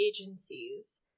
agencies